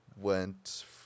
went